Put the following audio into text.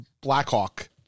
Blackhawk